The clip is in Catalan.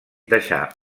deixà